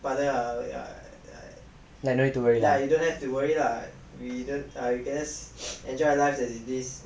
no need to worry